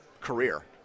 career